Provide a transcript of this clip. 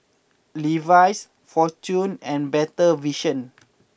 Levi's Fortune and Better Vision